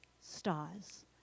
stars